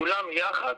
כולם יחד,